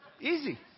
Easy